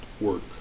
work